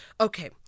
Okay